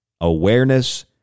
awareness